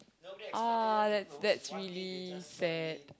oh that's that's really sad